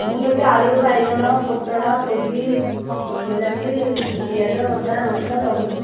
ମୁଁ ନେବି ଆଳୁ ବାଇଗଣ ପୋଟଳ କୋବି ବିଲାତି ପିଆଜ ଅଦା ରସୁଣ ସବୁ ନେବି